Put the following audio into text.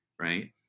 right